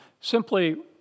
simply